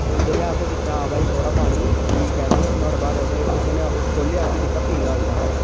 ते जेल्लै अस दिक्खेआ थोहड़ा पानी ठीक ऐ ते नुआढ़े बाद केह् नां ओह् खोह्लेआ असें ओह् दिक्खेआ ढिल्ला होए दा हा